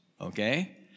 okay